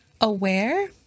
aware